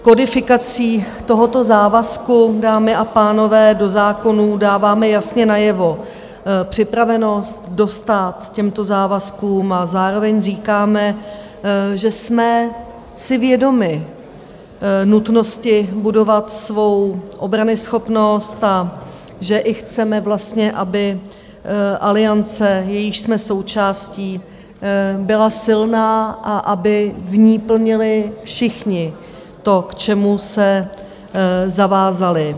Kodifikací tohoto závazku, dámy a pánové, do zákonů dáváme jasně najevo připravenost dostát těmto závazkům a zároveň říkáme, že jsme si vědomi nutnosti budovat svou obranyschopnost a že i chceme vlastně, aby aliance, jejíž jsme součástí, byla silná a aby v ní plnili všichni to, k čemu se zavázali.